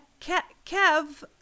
kev